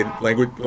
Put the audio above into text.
language